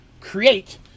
create